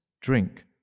drink